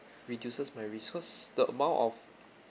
reduces my resource the amount of